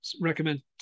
recommend